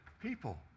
people